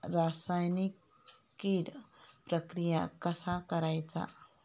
रासायनिक कीड प्रक्रिया कसा करायचा?